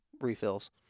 refills